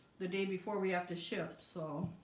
the day before we have to shift so